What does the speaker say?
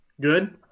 Good